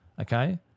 Okay